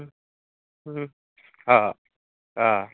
অঁ অঁ